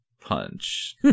punch